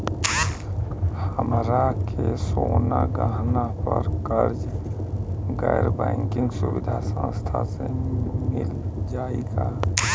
हमरा के सोना गहना पर कर्जा गैर बैंकिंग सुविधा संस्था से मिल जाई का?